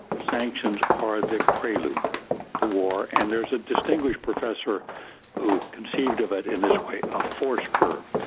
sanctions are the prelude to war. and there's a distinguished professor who conceived of it in this way a force curve.